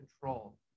control